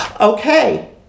Okay